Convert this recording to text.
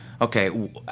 okay